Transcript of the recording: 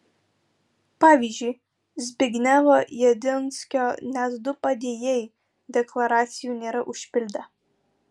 pavyzdžiui zbignevo jedinskio net du padėjėjai deklaracijų nėra užpildę